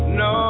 no